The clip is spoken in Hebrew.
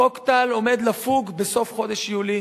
חוק טל עומד לפוג בסוף חודש יולי.